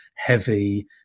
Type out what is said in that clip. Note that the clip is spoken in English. heavy